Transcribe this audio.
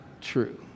true